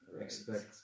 Expect